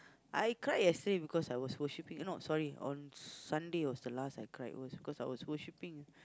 I cried yesterday because I was worshipping not sorry on Sunday was the last I cried it was because I was worshipping